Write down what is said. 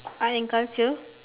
art and culture